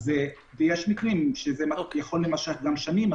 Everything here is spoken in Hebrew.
יש מקרים שהטיפול יכול להימשך גם שנים.